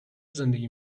زندگی